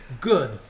good